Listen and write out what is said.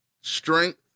strength